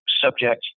subject